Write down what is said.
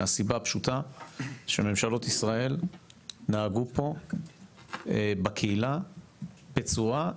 מהסיבה הפשוטה שממשלות ישראל נהגו פה בקהילה בצורה,